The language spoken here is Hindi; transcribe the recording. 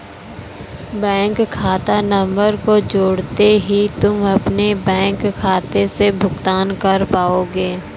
बैंक खाता नंबर को जोड़ते ही तुम अपने बैंक खाते से भुगतान कर पाओगे